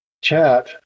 chat